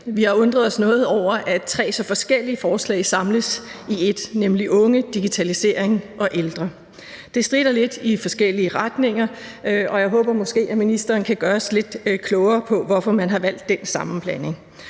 Vi har undret os noget over, at tre så forskellige forslag samles i ét, nemlig om unge, om digitalisering og om ældre. Det stritter lidt i forskellige retninger, og jeg håber, at ministeren måske kan gøre os lidt klogere på, hvorfor man har valgt den sammenblanding.